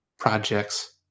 Projects